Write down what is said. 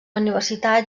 universitat